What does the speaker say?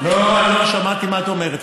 לא שמעתי מה את אומרת.